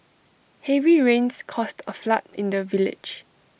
heavy rains caused A flood in the village